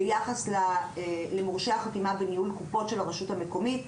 ביחס למורשה החתימה בניהול קופות של הרשות המקומית.